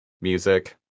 music